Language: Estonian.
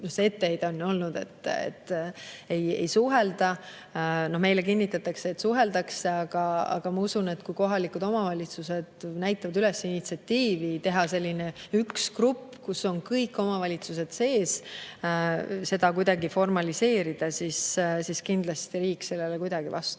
etteheide on ju olnud, et ei suhelda. Meile kinnitatakse, et suheldakse. Aga ma usun, et kui kohalikud omavalitsused näitavad üles initsiatiivi teha selline grupp, kus on kõik omavalitsused [kaasatud], seda kuidagi formaliseerida, siis kindlasti riik sellele kuidagi vastu